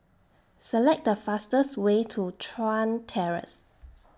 Select The fastest Way to Chuan Terrace